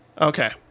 Okay